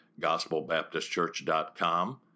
gospelbaptistchurch.com